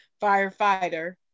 firefighter